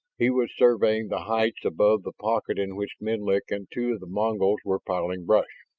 he was surveying the heights above the pocket in which menlik and two of the mongols were piling brush.